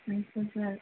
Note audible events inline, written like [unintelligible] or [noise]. [unintelligible] سر